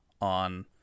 on